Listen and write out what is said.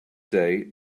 day